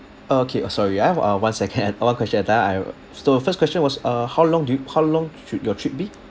okay uh sorry ah uh one second one question at a time I so first question was uh how long do you how long should your trip be